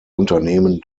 unternehmen